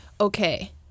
okay